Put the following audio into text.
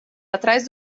atrás